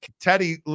Teddy